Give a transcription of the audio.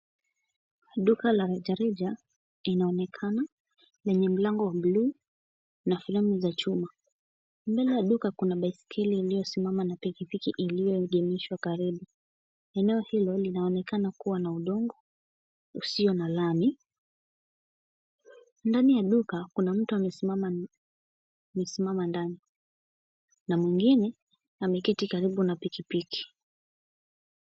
Duka la rejareja linaonekana, lenye mlango wa bluu na fremu za chuma. Mbele ya duka kuna baiskeli iliyosimama, na pikipiki iliyoidhinishwa karibu. Eneo hilo linaonekana kuwa na udongo usio na lami. Ndani ya duka kuna mtu amesimama ndani, na mwingine ameketi karibu na pikipiki.